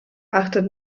achtet